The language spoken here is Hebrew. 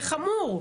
זה חמור.